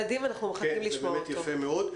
באמת יפה מאוד.